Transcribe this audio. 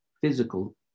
physical